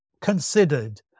considered